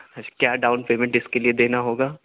اچھا کیا down payment اس کے لیے دینا ہوگا